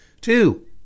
Two